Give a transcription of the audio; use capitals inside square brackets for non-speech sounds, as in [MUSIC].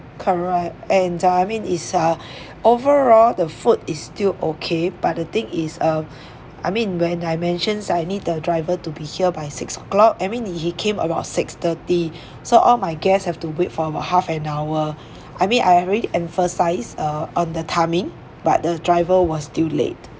correct and ah I mean is ah [BREATH] overall the food is still okay but the thing is uh I mean when I mentioned I need the driver to be here by six o'clock I mean he came about six thirty [BREATH] so all my guests have to wait for about half an hour I mean I've already emphasized uh on the timing but the driver was still late